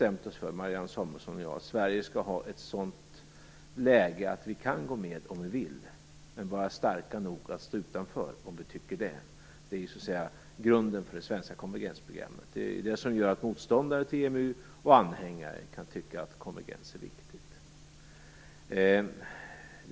Marianne Samuelsson och jag har ju bestämt oss för att vi i Sverige skall ha ett sådant läge att vi kan gå med om vi vill men skall kunna vara starka nog att stå utanför, om vi vill det. Detta är ju grunden för det svenska konvergensprogrammet. Det är ju det som gör att motståndare till och anhängare av EMU kan tycka att konvergens är viktigt.